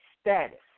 status